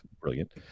brilliant